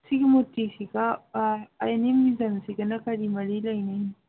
ꯁꯤꯒꯤ ꯃꯨꯔꯇꯤꯁꯤꯒ I N A ꯃ꯭ꯌꯨꯖꯝꯁꯤꯒꯅ ꯀꯔꯤ ꯃꯔꯤ ꯂꯩꯅꯩꯅꯣ